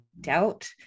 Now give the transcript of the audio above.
doubt